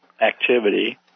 activity